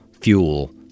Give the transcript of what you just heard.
fuel